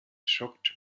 shocked